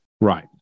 Right